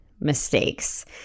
mistakes